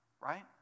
right